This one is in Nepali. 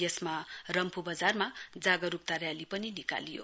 यसमा रम्फू वजारमा जागरुकता रेली पनि निकालियो